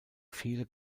viele